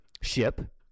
ship